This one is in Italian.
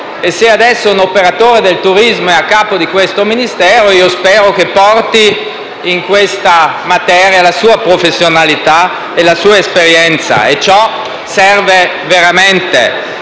Se adesso un operatore del turismo è a capo di questo Ministero, io spero che porti in questa materia la sua professionalità e la sua esperienza. Ciò serve veramente,